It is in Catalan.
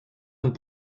amb